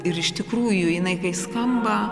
ir iš tikrųjų jinai kai skamba